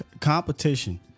Competition